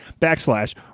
backslash